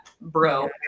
bro